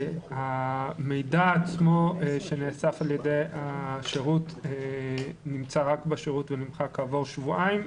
המידע עצמו שנאסף על ידי השירות נמצא רק בשירות ונמחק כעבור שבועיים.